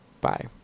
bye